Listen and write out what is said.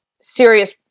serious